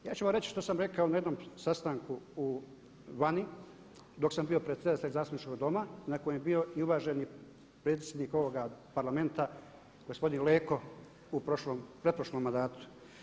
Ja ću vam reći što sam rekao na jednom sastanku vani dok sam bio predsjedatelj zastupničkog doma na kojem je bio i uvaženi predsjednik ovoga Parlamenta, gospodin Leko u pretprošlom mandatu.